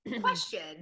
question